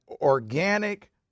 organic